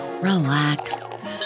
relax